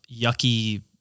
yucky